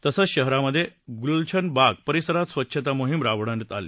तसेच शहरामध्ये गुलशनबाग परिसरात स्वच्छता मोहीम राबवण्यात आली